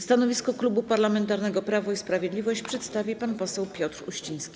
Stanowisko Klubu Parlamentarnego Prawo i Sprawiedliwość przedstawi pan poseł Piotr Uściński.